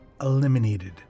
eliminated